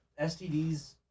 STDs